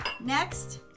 Next